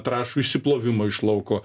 trąšų išsiplovimo iš lauko